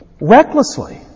Recklessly